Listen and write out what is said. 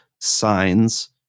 signs